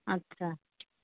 আচ্ছা